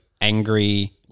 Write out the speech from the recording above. angry